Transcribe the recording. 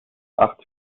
acht